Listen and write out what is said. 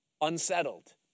unsettled